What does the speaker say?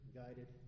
guided